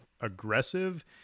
aggressive